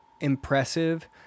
impressive